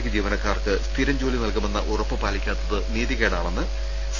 ലിക ജീവനക്കാർക്ക് സ്ഥിരം ജോലി നൽകുമെന്ന ഉറപ്പ് പാലിക്കാത്തത് നീതികേടാണെന്ന് സി